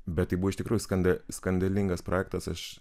bet tai buvo iš tikrųjų skanda skandalingas projektas aš